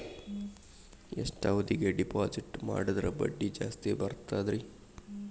ಎಷ್ಟು ಅವಧಿಗೆ ಡಿಪಾಜಿಟ್ ಮಾಡಿದ್ರ ಬಡ್ಡಿ ಜಾಸ್ತಿ ಬರ್ತದ್ರಿ?